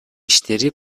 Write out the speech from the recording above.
иштери